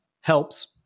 Helps